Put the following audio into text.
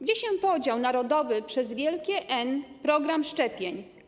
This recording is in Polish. Gdzie się podział narodowy - przez wielkie N - program szczepień?